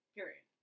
Period